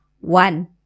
one